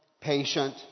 patient